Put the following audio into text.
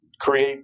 create